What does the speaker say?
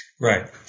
Right